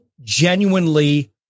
genuinely